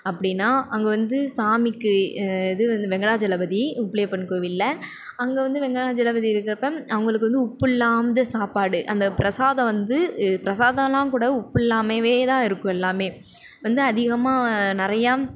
அப்படினா அங்கே வந்து சாமிக்கு இது வந்து வெங்கடாஜலபதி உப்பிலியப்பன் கோவிலில் அங்கே வந்து வெங்கடாஜலபதி இருக்கிறப்ப அவங்களுக்கு வந்து உப்பு இல்லாத வந்து சாப்பாடு அந்த பிரசாதம் வந்து பிரசாதமெலாம் கூட உப்பு இல்லாமேலேதான் இருக்கும் எல்லாமே வந்து அதிகமாக நிறையா